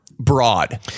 Broad